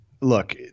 look